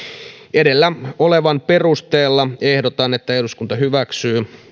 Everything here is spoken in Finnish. edellä olevan perusteella ehdotan että eduskunta hyväksyy